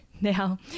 Now